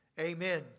amen